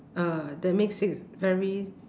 uh that makes it very